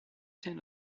ten